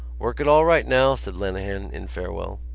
work it all right now, said lenehan in farewell.